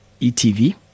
ETV